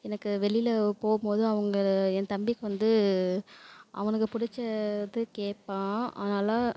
எனக்கு வெளியில போகும்போது அவங்க என் தம்பிக்கு வந்து அவனுக்கு பிடிச்ச இது கேட்பான் அதனால